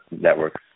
networks